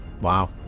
wow